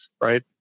right